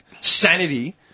sanity